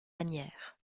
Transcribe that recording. manières